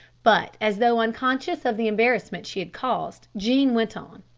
but as though unconscious of the embarrassment she had caused, jean went on.